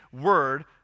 word